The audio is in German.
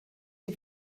die